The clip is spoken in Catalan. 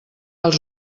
els